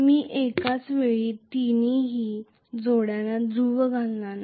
मी एकाच वेळी तीनही जोड्यांना ध्रुव घालणार नाही